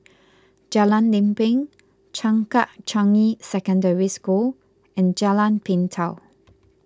Jalan Lempeng Changkat Changi Secondary School and Jalan Pintau